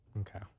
Okay